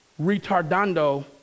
retardando